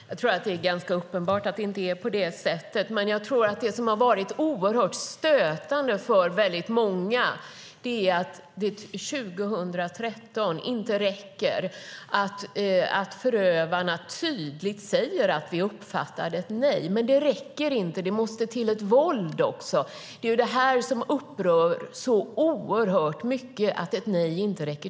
Herr talman! Jag tror att det är ganska uppenbart att det inte är på det sättet. Men det som jag tror har varit oerhört stötande för många är att det 2013 inte räcker att förövarna tydligt säger att de uppfattade ett nej utan att det måste till ett våld också. Det som upprör så oerhört mycket är att ett nej inte räcker.